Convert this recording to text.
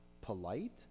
polite